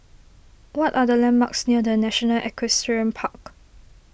what are the landmarks near the National Equestrian Park